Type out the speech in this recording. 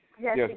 Yes